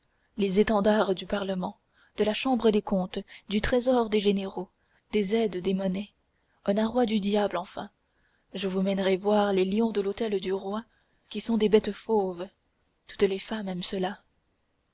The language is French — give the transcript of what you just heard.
les étendards du parlement de la chambre des comptes du trésor des généraux des aides des monnaies un arroi du diable enfin je vous mènerai voir les lions de l'hôtel du roi qui sont des bêtes fauves toutes les femmes aiment cela